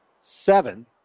seven